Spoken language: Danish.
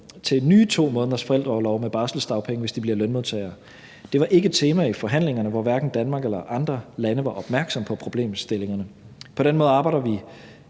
til 2 nye måneders forældreorlov med barselsdagpenge, hvis de bliver lønmodtagere. Det var ikke et tema i forhandlingerne, hvor hverken Danmark eller andre lande var opmærksomme på problemstillingerne. På den måde arbejder vi